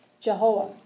Jehovah